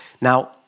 Now